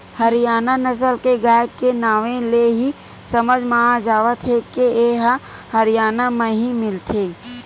हरियाना नसल के गाय के नांवे ले ही समझ म आ जावत हे के ए ह हरयाना म ही मिलथे